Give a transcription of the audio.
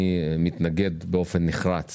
אני מתנגד באופן נחרץ